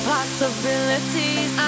Possibilities